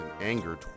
anger